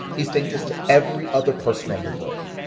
he's dangerous to every other person on the road,